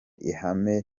ihame